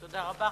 תודה רבה.